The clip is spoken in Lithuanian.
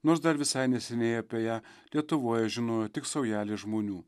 nors dar visai neseniai apie ją lietuvoje žinojo tik saujelė žmonių